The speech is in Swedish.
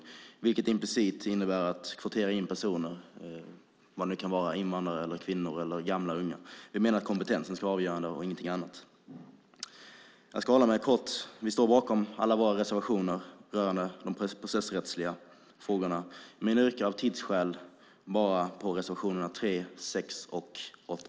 Det innebär implicit att man kvoterar in personer, till exempel invandrare, kvinnor, gamla, unga eller vad det kan vara. Vi menar att kompetensen ska vara avgörande och ingenting annat. Jag ska hålla mig kort. Vi står bakom alla våra reservationer rörande de processrättsliga frågorna, men jag yrkar av tidsskäl bifall bara till reservationerna 3, 6 och 8.